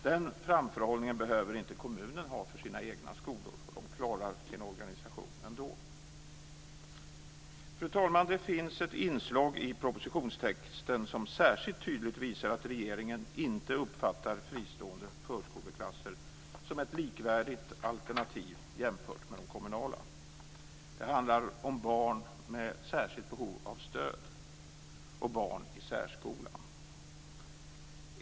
Den framförhållningen behöver inte kommunen ha för sina egna skolor, de klarar sin organisation ändå. Fru talman! Det finns ett inslag i propositionstexten som särskilt tydligt visar att regeringen inte uppfattar fristående förskoleklasser som ett likvärdigt alternativ jämfört med de kommunala. Det handlar om barn med särskilt behov av stöd och barn i särskolan.